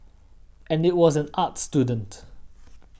and I was an arts student